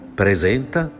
presenta